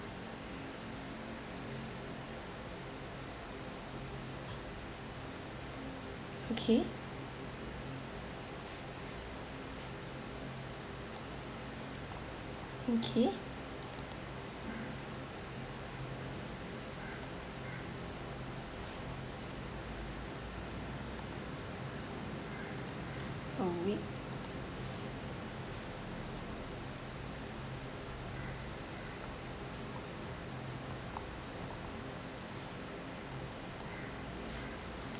okay okay a week